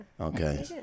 Okay